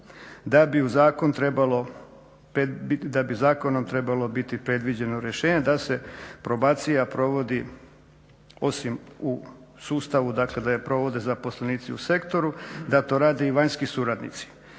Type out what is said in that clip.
da bi zakonom trebalo biti predviđeno rješenje da se probacija provodi osim u sustavu, dakle da je provode zaposlenici u sektoru, da to rade i vanjski suradnici.